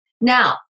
Now